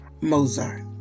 Mozart